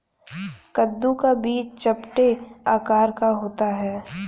कद्दू का बीज चपटे आकार का होता है